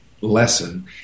lesson